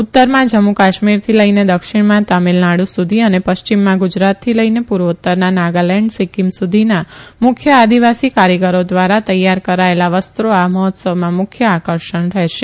ઉત્તરમાં જમ્મુ કાશ્મીરથી લઇને દક્ષિણમાં તામીલનાડુ સુધી અને પશ્ચિમમાં ગુજરાતથી પુર્વોત્તરના નાગાલેન્ડ સિકકીમ સુધીના મુખ્ય આદિવાસી કારીગરો ધ્વારા તૈયાર કરાયેલા વસ્ત્રો આ મહોત્સવમાં મુખ્ય આકર્ષણ રહેશે